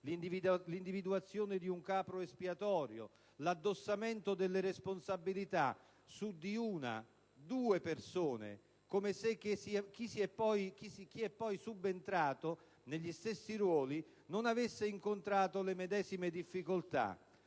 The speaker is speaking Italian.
l'individuazione di un capro espiatorio, l'addossamento delle responsabilità su di una o due persone, come se chi è poi subentrato negli stessi ruoli non avesse incontrato le medesime difficoltà.